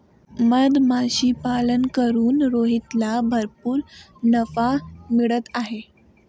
मधमाशीपालन करून रोहितला भरपूर नफा मिळत आहे